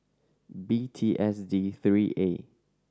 B T S D three A